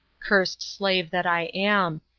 cursed slave that i am!